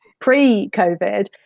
pre-covid